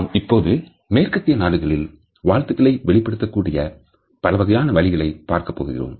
நாம் இப்போது மேற்கத்திய நாடுகளில் வாழ்த்துக்களை வெளிப்படுத்தக்கூடிய பலவகையான வழிகளை பார்க்கப் போகிறோம்